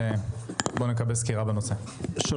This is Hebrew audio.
של הבנקים הגדולים בישראל,